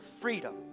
freedom